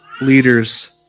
leaders